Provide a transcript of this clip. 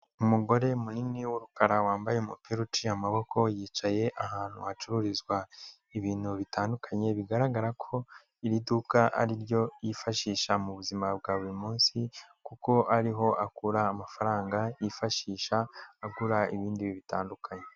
Umugore munini w'umukara wambaye umupira uciye amaboko, yicaye ahantu hacururizwa ibintu bitandukanye bigaragara ko iri duka ari ryo yifashisha mu buzima bwa buri munsi kuko ari ho akura amafaranga yifashisha agura ibindi bitandukanye.